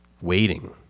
waiting